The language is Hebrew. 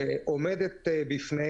שעומדת בפני